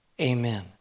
Amen